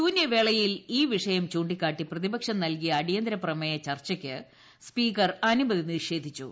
ശൂന്യവേളയിൽ ഈ വിഷയം ചൂണ്ടിക്കാട്ടി പ്രതിപക്ഷം നൽകിയ അടിയന്തരപ്രമേയ ചർച്ചയ്ക്ക് സ്പീക്കർ അനുമൃതി നിഷേധിച്ചു